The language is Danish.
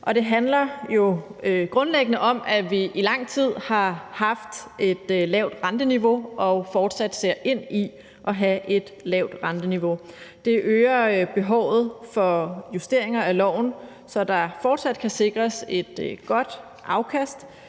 det handler jo grundlæggende om, at vi i lang tid har haft et lavt renteniveau og fortsat ser ind i at have et lavt renteniveau. Det øger behovet for justeringer af loven, så der fortsat kan sikres et godt afkast